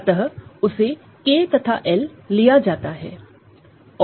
अतः उसे K तथा L लिया जाता है